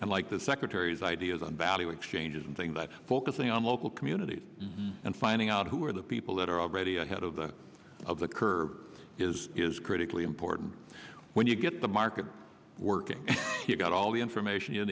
unlike the secretary's ideas and value exchanges and things that focusing on local communities and finding out who are the people that are already ahead of the of the curve is is critically important when you get the market working you've got all the information you